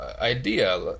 idea